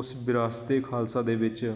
ਉਸ ਵਿਰਾਸਤ ਏ ਖਾਲਸਾ ਦੇ ਵਿੱਚ